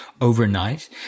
overnight